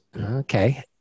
Okay